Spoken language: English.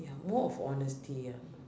ya more of honesty ya